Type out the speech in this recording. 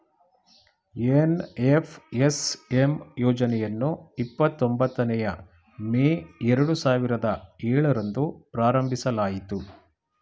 NFSM ಯೋಜನೆಯನ್ನು ಇಪ್ಪತೊಂಬತ್ತನೇಯ May ಎರಡು ಸಾವಿರದ ಏಳರಂದು ಪ್ರಾರಂಭಿಸಲಾಯಿತು